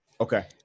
Okay